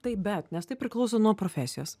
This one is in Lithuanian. taip bet nes tai priklauso nuo profesijos